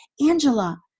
Angela